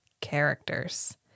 characters